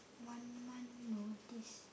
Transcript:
one month notice